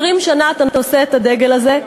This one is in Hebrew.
20 שנה אתה נושא את הדגל הזה.